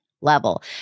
level